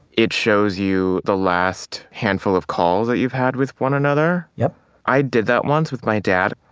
it shows you the last handful of calls that you've had with one another? yep i did that once with my dad.